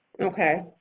Okay